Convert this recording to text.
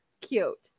cute